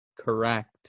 Correct